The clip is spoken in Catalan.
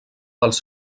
dels